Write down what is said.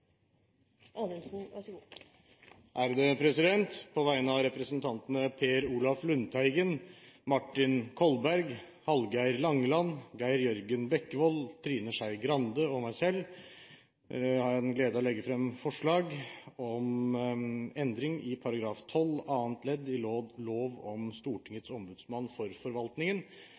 På vegne av representantene Per Olaf Lundteigen, Martin Kolberg, Hallgeir H. Langeland, Geir Jørgen Bekkevold, Trine Skei Grande og meg selv har jeg den glede å legge frem forslag om endring i § 12 annet ledd i lov om Stortingets ombudsmann for forvaltningen